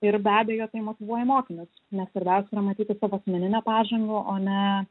ir be abejo tai motyvuoja mokinius nes svarbiausia yra matyti savo asmeninę pažangą o ne